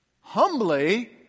humbly